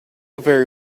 very